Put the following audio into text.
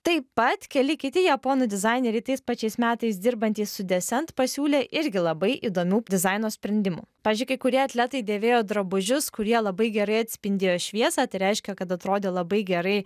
taip pat keli kiti japonų dizaineriai tais pačiais metais dirbantys su de sent pasiūlė irgi labai įdomių dizaino sprendimų pavyzdžiui kai kurie atletai dėvėjo drabužius kurie labai gerai atspindėjo šviesą tai reiškia kad atrodė labai gerai